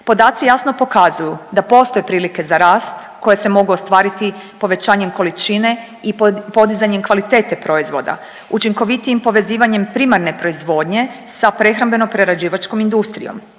Podaci jasno pokazuju da postoje prilike za rast koje se mogu ostvariti povećanjem količine i podizanjem kvalitete proizvoda, učinkovitijim povezivanjem primarne proizvodnje sa prehrambeno-prerađivačkom industrijom,